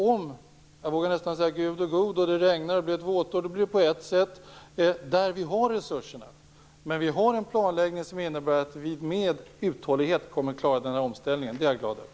Om Gud är god så att det regnar och blir ett våtår, blir det på ett sätt. Då har vi resurser. Men vi har också en planläggning som innebär att vi med uthållighet kommer att klara den här omställningen. Det är jag glad över.